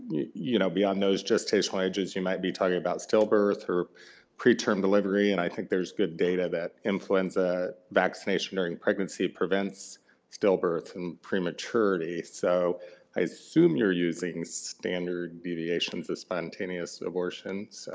you know beyond those gestational ages you might be talking about still birth or pre-term delivery, and i think there's good data that influenza vaccination during pregnancy prevents still births and pre-maturity. so i assume you're using standard deviations of spontaneous abortion? so